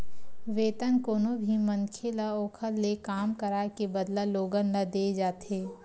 वेतन कोनो भी मनखे ल ओखर ले काम कराए के बदला लोगन ल देय जाथे